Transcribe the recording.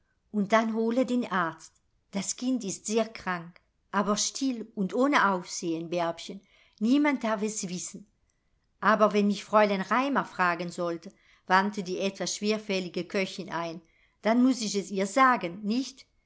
und dann hole den arzt das kind ist sehr krank aber still und ohne aufsehen bärbchen niemand darf es wissen aber wenn mich fräulein raimar fragen sollte wandte die etwas schwerfällige köchin ein dann muß ich es ihr sagen nicht